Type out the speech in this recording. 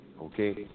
Okay